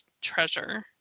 treasure